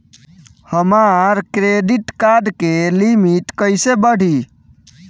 हमार credit card के limit कइसे बढ़ी?